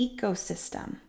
ecosystem